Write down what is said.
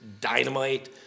dynamite